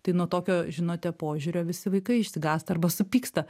tai nuo tokio žinote požiūrio visi vaikai išsigąsta arba supyksta